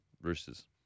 Roosters